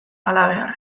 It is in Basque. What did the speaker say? halabeharrez